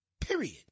Period